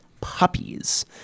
puppies